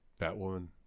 Batwoman